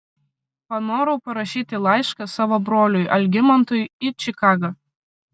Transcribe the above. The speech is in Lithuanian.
panorau parašyti laišką savo broliui algimantui į čikagą